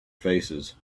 faces